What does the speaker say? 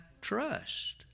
trust